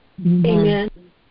Amen